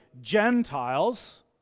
Gentiles